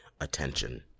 attention